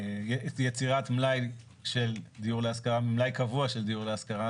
של יצירת מלאי קבוע של דיור להשכרה,